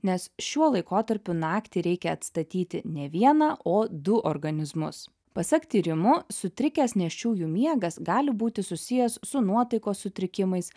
nes šiuo laikotarpiu naktį reikia atstatyti ne vieną o du organizmus pasak tyrimų sutrikęs nėščiųjų miegas gali būti susijęs su nuotaikos sutrikimais